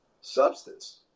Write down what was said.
substance